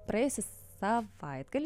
praėjusį savaitgalį